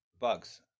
bugs